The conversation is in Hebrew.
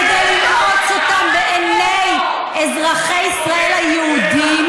כדי לנעוץ אותם בעיני אזרחי ישראל היהודים,